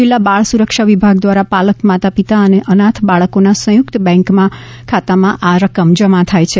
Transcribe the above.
જિલ્લા બાળ સુરક્ષા વિભાગ દ્વારા પાલક માતા પિતા અને અનાથ બાળકોના સંયુકત બેંકના ખાતાંમાં આ રકમ જમા થાય છે